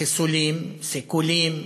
חיסולים, סיכולים,